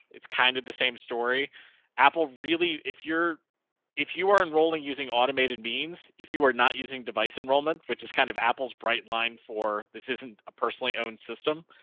it's kind of the same story apple really if your if you are enrolling using automated means if you are not using device enrollment which is kind of apples bright line for this isn't a personally owned system.